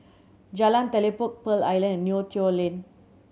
Jalan Telipok Pearl Island and Neo Tiew Lane